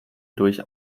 durch